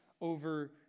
over